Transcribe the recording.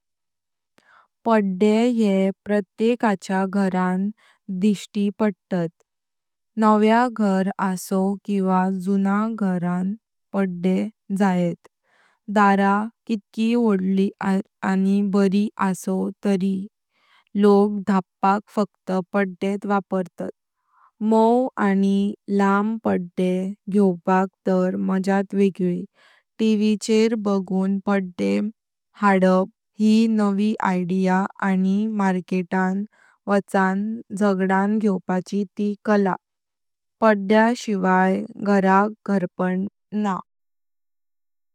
पाद्ये येह प्रत्येकाच्या घरान दृष्टि पडतले। नव्या घर असव किवा जुन घरान पाद्ये जायेत। दर कितकी वडली बरी असव तरी लोक धप्पक फक्त पाद्ये वापरतात। मव लाम पाद्ये घ्यवपाक तर माझ्यात वेगली। टिवी चेहरो बगुन पाद्ये हडप यी नवी आयडिया मार्केटान वाचान झगडान घ्यवपाची ती कला। पाद्य्या शिवाय घराक घरपण न्हा।